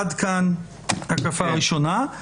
עד כאן הקפה ראשונה,